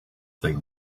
thing